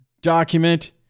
Document